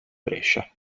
brescia